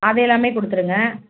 அது எல்லாமே கொடுத்துருங்க